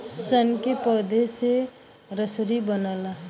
सन के पौधा से रसरी बनला